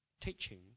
teaching